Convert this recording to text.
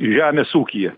žemės ūkyje